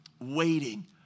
waiting